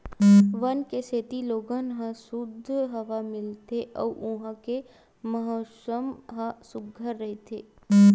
वन के सेती लोगन ल सुद्ध हवा मिलथे अउ उहां के मउसम ह सुग्घर रहिथे